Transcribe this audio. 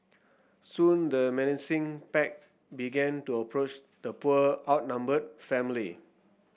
soon the menacing pack began to approach the poor outnumbered family